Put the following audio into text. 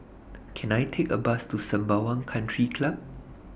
Can I Take A Bus to Sembawang Country Club